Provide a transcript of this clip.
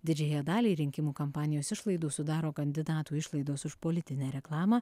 didžiąją dalį rinkimų kampanijos išlaidų sudaro kandidatų išlaidos už politinę reklamą